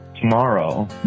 tomorrow